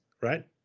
Right